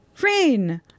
Rain